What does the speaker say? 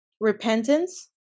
repentance